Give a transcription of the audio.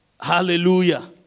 Hallelujah